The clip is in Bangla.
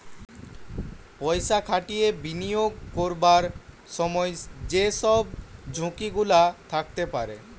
পয়সা খাটিয়ে বিনিয়োগ করবার সময় যে সব ঝুঁকি গুলা থাকতে পারে